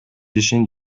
ишин